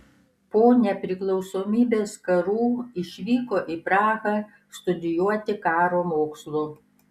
po nepriklausomybės karų išvyko į prahą studijuoti karo mokslų